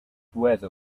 whether